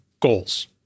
goals